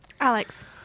Alex